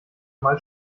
mal